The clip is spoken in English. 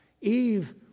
Eve